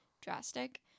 drastic